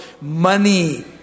money